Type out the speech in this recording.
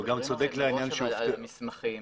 המסמכים,